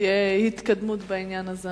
תהיה התקדמות בעניין הזה.